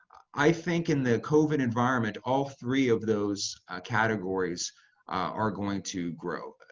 i think in the current environment, all three of those categories are going to grow. but